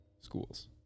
schools